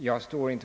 Herr talman!